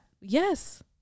Yes